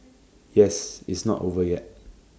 yes it's not over yet